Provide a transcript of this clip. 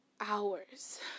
hours